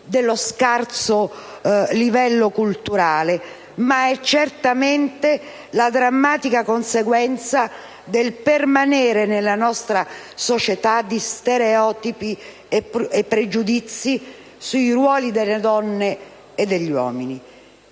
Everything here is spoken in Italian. dello scarso livello culturale, ma è certamente la drammatica conseguenza del permanere nella nostra società di stereotipi e pregiudizi sui ruoli delle donne e degli uomini.